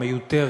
מיותרת,